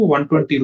120